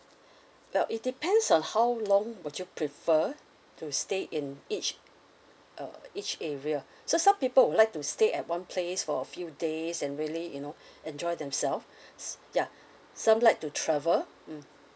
well it depends on how long would you prefer to stay in each uh each area so some people would like to stay at one place for a few days and really you know enjoy themselves s~ ya some like to travel mm